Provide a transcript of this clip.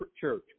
Church